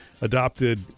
adopted